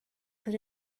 put